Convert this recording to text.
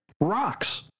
Rocks